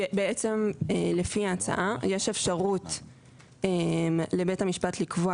בעצם לפי ההצעה יש אפשרות לבית המשפט לקבוע